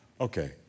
okay